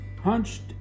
hunched